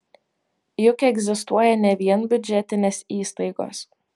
juk egzistuoja ne vien biudžetinės įstaigos